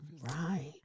Right